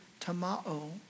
tamao